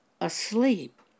asleep